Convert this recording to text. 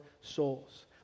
souls